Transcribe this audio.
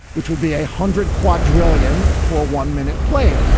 which would be a hundred quadrillion for one minute played,